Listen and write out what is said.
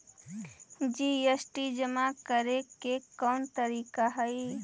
GST जमा करे के कौन तरीका हई